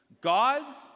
God's